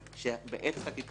נאמר שיש עתירה